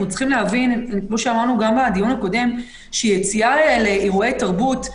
צריכים להבין כמו שאמרנו גם בדיון הקודם שיציאה לאירועי תרבות,